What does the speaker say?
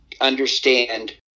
understand